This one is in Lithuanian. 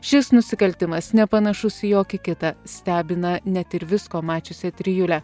šis nusikaltimas nepanašus į jokį kitą stebina net ir visko mačiusią trijulę